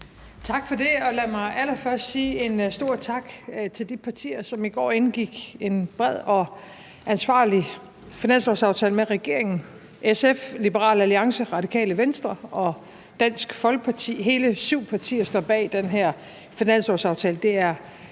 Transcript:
Tak for det. Lad mig allerførst sige stort tak til de partier, som i går indgik en bred og ansvarlig finanslovsaftale med regeringen: SF, Liberal Alliance, Radikale Venstre og Dansk Folkeparti. Hele syv partier står bag den her finanslovsaftale.